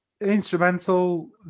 instrumental